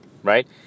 right